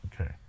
Okay